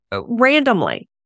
randomly